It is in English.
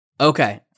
Okay